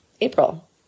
April